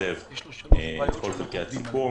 נתקצב את כל חלקי הסיכום.